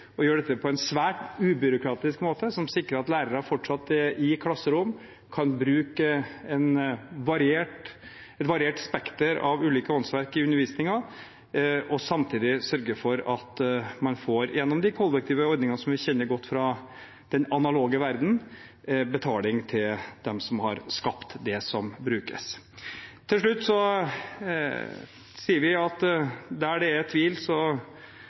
å gjøre dette på en svært ubyråkratisk måte som sikrer at lærere i klasserom fortsatt kan bruke et variert spekter av ulike åndsverk i undervisningen og samtidig sørge for at man, gjennom de kollektive ordningene som vi kjenner godt fra den analoge verdenen, får betalt dem som har skapt det som brukes. Helt til slutt sier vi at der det er tvil,